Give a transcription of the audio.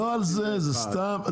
זה סתם.